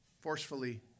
forcefully